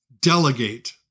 delegate